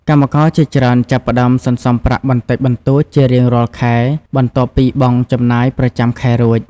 កម្មករជាច្រើនចាប់ផ្តើមសន្សំប្រាក់បន្តិចបន្តួចជារៀងរាល់ខែ បន្ទាប់ពីបង់ចំណាយប្រចាំខែរួច។